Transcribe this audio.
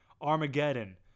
Armageddon